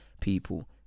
people